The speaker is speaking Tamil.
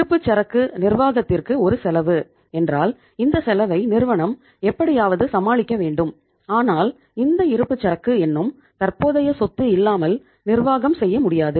இருப்புச்சரக்கு நிர்வாகத்திற்கு ஒரு செலவு என்றால் இந்த செலவை நிறுவனம் எப்படியாவது சமாளிக்க வேண்டும் ஆனால் இந்த இருப்புச்சரக்கு என்னும் தற்போதைய சொத்து இல்லாமல் நிர்வாகம் செய்ய முடியாது